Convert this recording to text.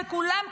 וכולם,